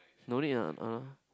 no need lah uh